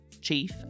Chief